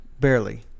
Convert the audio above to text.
Barely